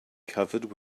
covered